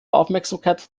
aufmerksamkeit